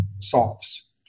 solves